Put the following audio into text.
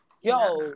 yo